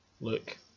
look